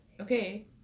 Okay